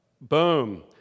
Boom